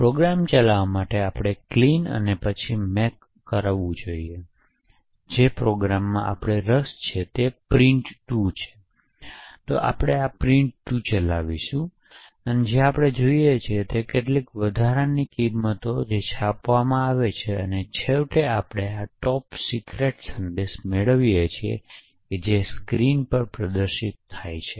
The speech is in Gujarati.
તેથી પ્રોગ્રામ ચલાવવા માટે આપણે ક્લીન અને પછી મેક બનાવવું જોઈએ અને જે પ્રોગ્રામમાં આપણને રસ છે તે પ્રિન્ટ 2 છે તો આપણે પ્રિન્ટ 2 ચલાવીશું અને જે આપણે જોઈએ છીએ તે કેટલીક વધારાની કિંમતો છે જે છાપવામાં આવે છે અને છેવટે આપણે આ top secret સંદેશ મેળવીએ છીએ જે સ્ક્રીન પર પ્રદર્શિત થાય છે